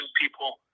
people